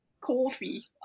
coffee